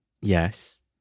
Yes